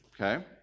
okay